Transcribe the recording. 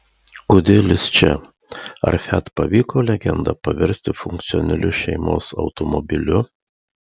kodėl jis čia ar fiat pavyko legendą paversti funkcionaliu šeimos automobiliu